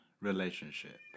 relationship